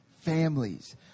families